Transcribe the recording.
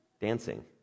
dancing